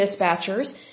Dispatchers